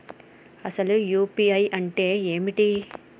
అసలు యూ.పీ.ఐ అంటే ఏమిటి?